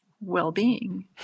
well-being